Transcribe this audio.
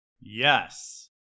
Yes